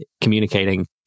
communicating